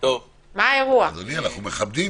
אדוני, אנחנו מכבדים.